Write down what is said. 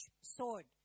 sword